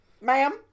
Ma'am